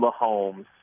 Mahomes